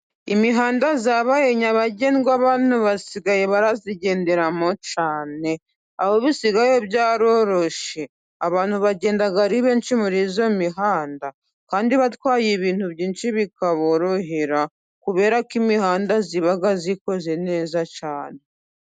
Imihanda yabaye nyabagendwa abantu basigaye bayigenderamo cyane aho ibisigaye byaroroshye, abantu bagenda ari benshi muri iyo mihanda, kandi batwaye ibintu byinshi bikaborohera, kubera ko imihanda iba ikoze neza cyane.